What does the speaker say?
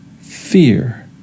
fear